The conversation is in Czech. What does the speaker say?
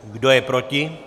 Kdo je proti?